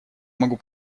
могу